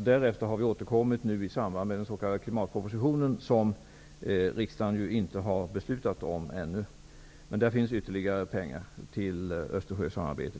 Vi har därefter återkommit i samband med den s.k. klimatpropositionen, som riksdagen ännu inte har beslutat om. I den propositionen föreslås ytterligare medel till ett Östersjösamarbete.